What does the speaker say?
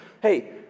hey